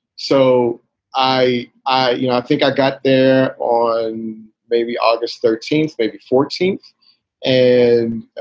so i i you know think i got there on maybe august thirteenth, maybe fourteenth and,